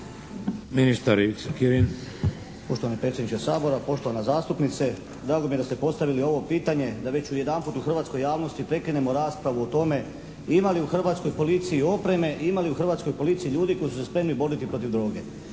**Kirin, Ivica (HDZ)** Poštovani predsjedniče Sabora, poštovana zastupnice. Drago mi je da ste postavili ovo pitanje da već jedanput u hrvatskoj javnosti prekinemo raspravu o tome ima li u Hrvatskoj policiji opreme, ima li u Hrvatskoj policiji koji su se spremni boriti droge.